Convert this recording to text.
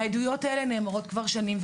העדויות האלה נאמרות כבר שנים.